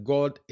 God